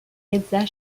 reza